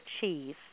cheese